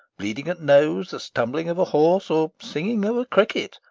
bleeding at nose, the stumbling of a horse, or singing of a cricket,